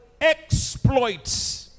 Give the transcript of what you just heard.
exploits